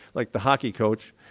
like the hockey coach,